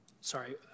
Sorry